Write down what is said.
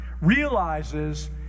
realizes